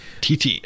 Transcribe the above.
TT